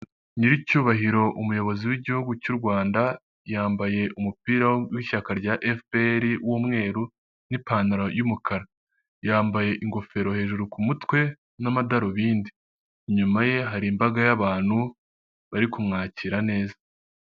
Nyiricyubahiro umuyobozi w'igihugu cy'u Rwanda yambaye umupira w'ishyaka rya FPR w'umweru n'ipantaro y'umukara yambaye ingofero hejuru ku mutwe n'amadarubindi inyuma ye hari imbaga y'abantu bari kumwakira neza .